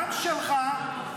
גם שלך,